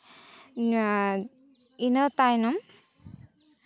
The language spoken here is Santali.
ᱤᱱᱟᱹ ᱛᱟᱭᱱᱚᱢ